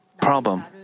problem